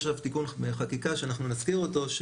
יש עכשיו תיקון חקיקה שאנחנו נזכיר אותו,